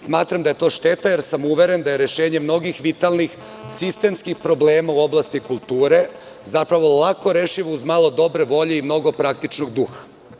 Smatram da je to šteta, jer sam uveren da je rešenje mnogih vitalnih sistemskih problema u oblasti kulture zapravo lako rešiv uz malo dobre volje i mnogo praktičnog duha.